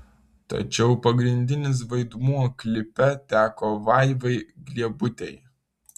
tačiau pagrindinis vaidmuo klipe teko vaivai gliebutei